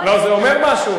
לא, זה אומר משהו.